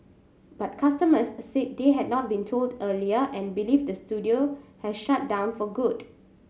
but customers said they had not been told earlier and believe the studio has shut down for good